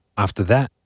after that,